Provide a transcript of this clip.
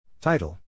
Title